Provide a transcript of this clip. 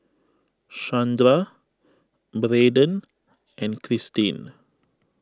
Shandra Braden and Christin